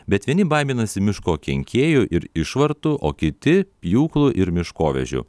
bet vieni baiminasi miško kenkėjų ir išvartų o kiti pjūklų ir miškavežių